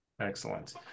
Excellent